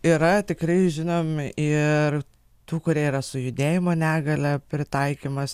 yra tikrai žinomi ir tų kurie yra su judėjimo negalia pritaikymas